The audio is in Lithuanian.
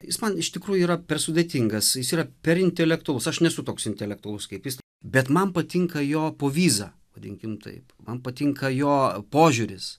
jis man iš tikrųjų yra per sudėtingas jis yra per intelektualus aš nesu toks intelektualus kaip jis bet man patinka jo povyza vadinkim taip man patinka jo požiūris